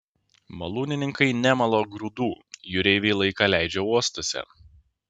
malūnininkai nemala grūdų jūreiviai laiką leidžia uostuose